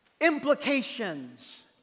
implications